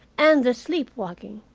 and the sleep-walking.